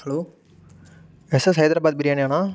hello SS Hyderabad பிரியாணியாண்ணா